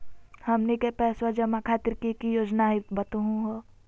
हमनी के पैसवा जमा खातीर की की योजना हई बतहु हो?